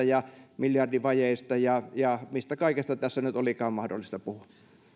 ja miljardivajeista ja ja mistä kaikesta tässä nyt olikaan mahdollista puhua